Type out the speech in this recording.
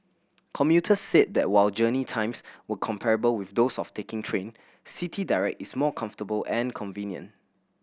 commuters said that while journey times were comparable with those of taking train City Direct is more comfortable and convenient